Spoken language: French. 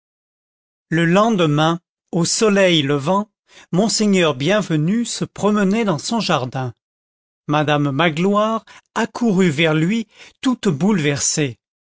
le lendemain au soleil levant monseigneur bienvenu se promenait dans son jardin madame magloire accourut vers lui toute bouleversée